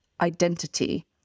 identity